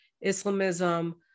Islamism